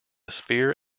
sphere